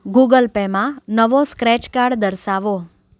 Google પેમાં નવો scratch card દર્શાવો